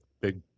big